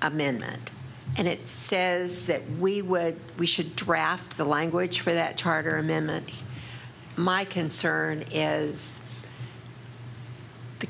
amendment and it says that we would we should draft the language for that charter amendment my concern is the